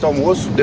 um was